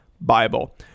Bible